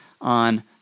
on